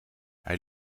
hij